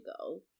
go